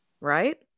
Right